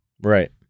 Right